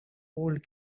old